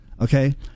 Okay